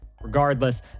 Regardless